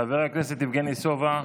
חבר הכנסת יבגני סובה,